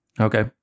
okay